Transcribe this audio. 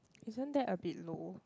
isn't that a bit low